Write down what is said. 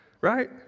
right